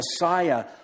Messiah